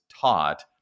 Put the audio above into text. taught